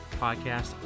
podcast